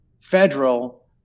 federal